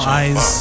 eyes